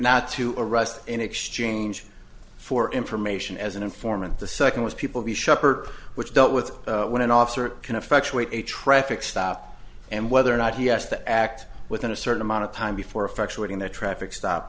not to arrest in exchange for information as an informant the second was people be shepard's which dealt with when an officer can effect to a traffic stop and whether or not he has to act within a certain amount of time before effectuating the traffic stop